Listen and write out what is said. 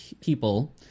people